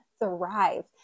thrive